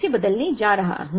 इसे बदलने जा रहा है